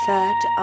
Third